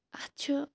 اَتھ چھِ